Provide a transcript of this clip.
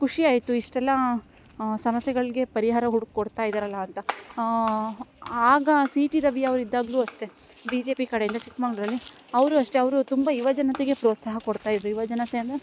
ಖುಷಿಯಾಯಿತು ಇಷ್ಟೆಲ್ಲ ಸಮಸ್ಯೆಗಳಿಗೆ ಪರಿಹಾರ ಹುಡ್ಕೊಡ್ತಾ ಇದ್ದಾರಲ್ಲ ಅಂತ ಆಗ ಸಿ ಟಿ ರವಿ ಅವರು ಇದ್ದಾಗಲೂ ಅಷ್ಟೇ ಬಿ ಜೆ ಪಿ ಕಡೆಯಿಂದ ಚಿಕ್ಮಂಗ್ಳೂರಲ್ಲಿ ಅವರು ಅಷ್ಟೇ ಅವರು ತುಂಬ ಯುವಜನತೆಗೆ ಪ್ರೋತ್ಸಾಹ ಕೊಡ್ತಾಯಿದ್ದರು ಯುವಜನತೆ ಅಂದರೆ